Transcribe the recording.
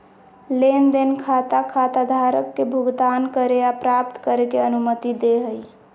लेन देन खाता खाताधारक के भुगतान करे या प्राप्त करे के अनुमति दे हइ